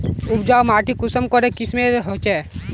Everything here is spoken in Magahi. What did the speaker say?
उपजाऊ माटी कुंसम करे किस्मेर होचए?